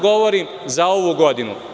Govorim samo za ovu godinu.